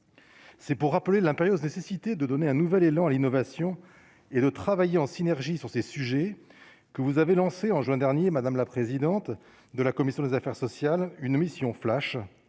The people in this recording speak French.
c'est pour rappeler l'impérieuse nécessité de donner un nouvel élan à l'innovation et de travailler en synergie sur ces sujets que vous avez lancée en juin dernier Madame la présidente de la commission des affaires sociales, une mission flash